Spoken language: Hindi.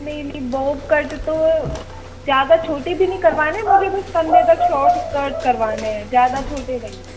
नहीं नहीं बॉब कट तो ज़्यादा छोटी भी नहीं करवाना है मुझे बस कंधे तक शॉर्ट कट करवाने हैं ज़्यादा छोटे नहीं